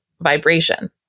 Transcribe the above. vibration